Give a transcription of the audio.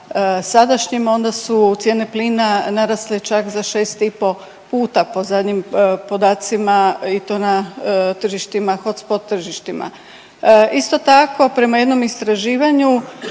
sadašnjim onda su cijene plina narasle čak za 6,5 puta, po zadnjim podacima i to na tržištima hot spot tržištima. Isto tako prema jednom istraživanju